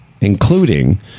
including